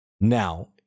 Now